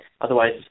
Otherwise